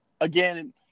Again